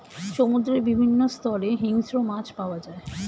সমুদ্রের বিভিন্ন স্তরে হিংস্র মাছ পাওয়া যায়